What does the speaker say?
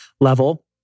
level